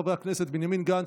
חברי הכנסת בנימין גנץ,